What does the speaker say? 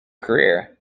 career